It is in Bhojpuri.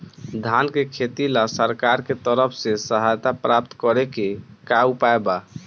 धान के खेती ला सरकार के तरफ से सहायता प्राप्त करें के का उपाय बा?